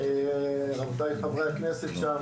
רבותי חברי הכנסת שם,